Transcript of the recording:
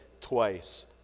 twice